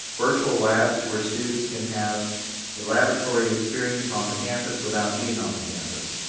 virtual labs to our students can have a laboratory experience on the campus without being on the campus,